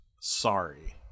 sorry